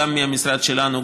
גם מהמשרד שלנו,